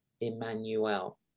Emmanuel